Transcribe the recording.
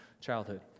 childhood